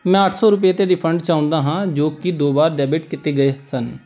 ਮੈਂ ਅੱਠ ਸੌ ਰੁਪਏ 'ਤੇ ਰਿਫੰਡ ਚਾਹੁੰਦਾ ਹਾਂ ਜੋ ਕਿ ਦੋ ਵਾਰ ਡੈਬਿਟ ਕੀਤੇ ਗਏ ਸਨ